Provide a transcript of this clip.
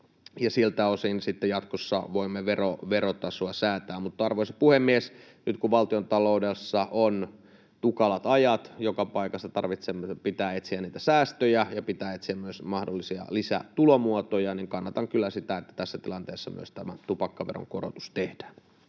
sitten jatkossa voimme verotasoa säätää. Arvoisa puhemies! Nyt kun valtiontaloudessa on tukalat ajat, joka paikassa tarvitsee ja pitää etsiä säästöjä ja pitää etsiä myös mahdollisia lisätulomuotoja, niin kannatan kyllä sitä, että tässä tilanteessa myös tämän tupakkaveron korotus tehdään.